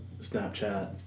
Snapchat